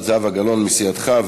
של זהבה גלאון מסיעתך,